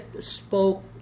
spoke